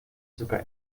sogar